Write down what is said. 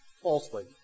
falsely